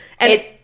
And-